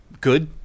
good